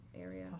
area